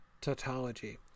tautology